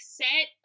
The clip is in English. set